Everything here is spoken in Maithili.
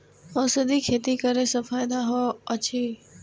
औषधि खेती करे स फायदा होय अछि?